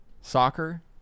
soccer